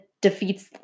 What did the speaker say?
defeats